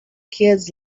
kids